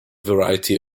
variety